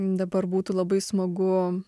dabar būtų labai smagu